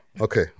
okay